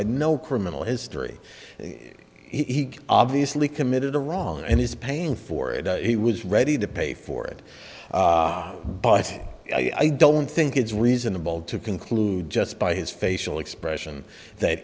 had no criminal history he obviously committed a wrong and he's paying for it he was ready to pay for it but i don't think it's reasonable to conclude just by his facial expression that